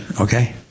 Okay